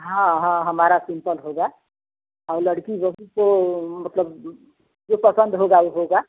हाँ हाँ हमारा सिंपल होगा और लड़की वह भी तो मतलब जो पसंद होगा ही होगा